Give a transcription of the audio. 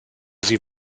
sie